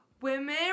women